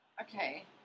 Okay